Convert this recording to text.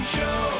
Show